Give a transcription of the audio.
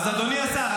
אדוני השר,